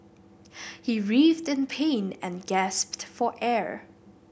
he writhed in pain and gasped for air